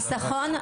חיסכון.